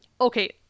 okay